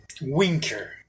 winker